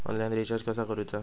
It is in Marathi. ऑनलाइन रिचार्ज कसा करूचा?